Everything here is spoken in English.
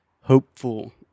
hopeful